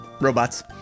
Robots